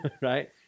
right